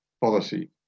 policy